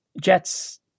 Jets